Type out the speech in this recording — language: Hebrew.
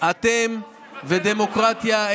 אתם ודמוקרטיה,